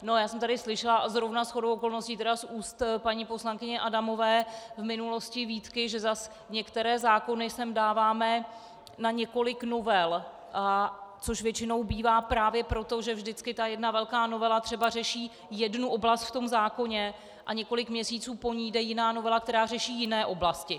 No, já jsem tady slyšela zrovna shodou okolností tedy z úst paní poslankyně Adamové v minulosti výtky, že zase některé zákony sem dáváme na několik novel, což většinou bývá právě proto, že vždycky ta jedna velká novela třeba řeší jednu oblast v zákoně, a několik měsíců po ní přijde novela, která řeší jiné oblasti.